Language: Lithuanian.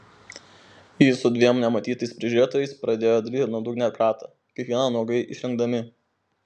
jis su dviem nematytais prižiūrėtojais pradėjo daryti nuodugnią kratą kiekvieną nuogai išrengdami